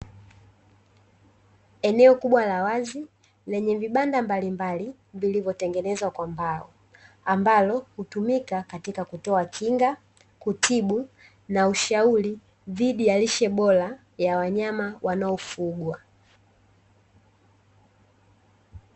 Eneo kubwa la wazi lenye vibanda mbalimbali vilivyotengenezwa kwa mbao, ambalo hutumika katika kutoa kinga, kutibu na ushauri dhidi ya lishe bora ya wanyama wanaofugwa.